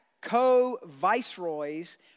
co-viceroys